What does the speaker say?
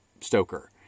Stoker